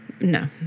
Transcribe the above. No